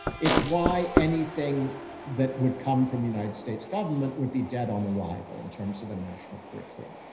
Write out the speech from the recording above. it's why anything that would come from the united states government would be dead on arrival in terms of a national curriculum.